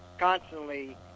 Constantly